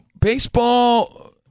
baseball